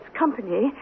Company